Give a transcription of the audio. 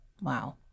Wow